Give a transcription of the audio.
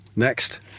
Next